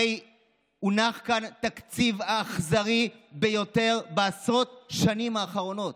הרי הונח כאן התקציב האכזרי ביותר בעשרות השנים האחרונות.